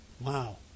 Wow